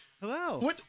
Hello